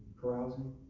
carousing